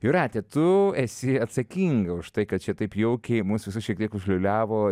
jūrate tu esi atsakinga už tai kad čia taip jaukiai mūs visus šiek tiek užliūliavo